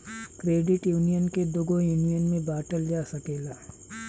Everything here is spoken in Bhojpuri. क्रेडिट यूनियन के दुगो यूनियन में बॉटल जा सकेला